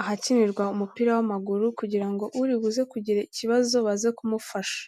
ahakinirwa umupira w'amaguru kugira ngo uribuze kugira ikibazo, baze kumufasha.